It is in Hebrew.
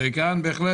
כמה בעלי